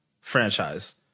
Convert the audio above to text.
Franchise